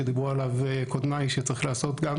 שדיברו עליו קודמיי שצריך לעשות גם